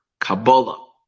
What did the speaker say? Kabbalah